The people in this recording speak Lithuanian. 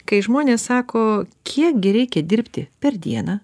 kai žmonės sako kiek gi reikia dirbti per dieną